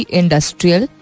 industrial